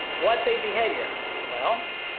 what's a behavior. well,